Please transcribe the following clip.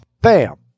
bam